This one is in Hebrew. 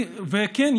וכן,